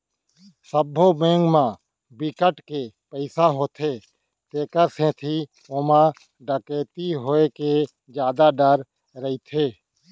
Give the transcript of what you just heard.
सबो बेंक म बिकट के पइसा होथे तेखर सेती ओमा डकैती होए के जादा डर रहिथे